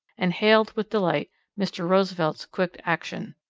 and hailed with delight mr. roosevelt's quick action.